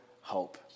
hope